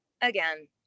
again